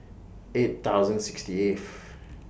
eight thousand sixty eighth